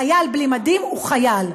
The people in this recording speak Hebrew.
חייל בלי מדים הוא חייל.